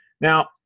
Now